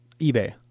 eBay